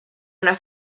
una